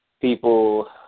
people